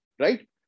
right